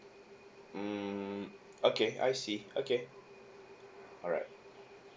mm okay I see okay alright